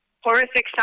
horrific